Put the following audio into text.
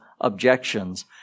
objections